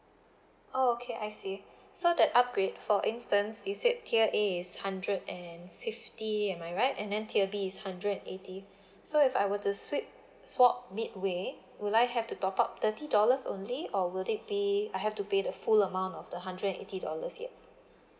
oh okay I see so the upgrade for instance you said tier A is hundred and fifty am I right and then tier B is hundred and eighty so if I were to sweep swap mid way would I have to top up thirty dollars only or would it be I have to pay the full amount of the hundred and eighty dollars here